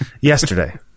Yesterday